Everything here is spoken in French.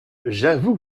j’avoue